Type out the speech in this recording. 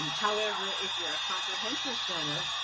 um however, if you're a comprehensive center,